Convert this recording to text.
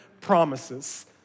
promises